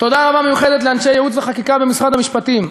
תודה רבה מיוחדת לאנשי הייעוץ והחקיקה במשרד המשפטים,